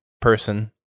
person